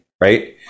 Right